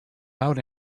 out